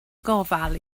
gofal